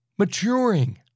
maturing